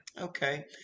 okay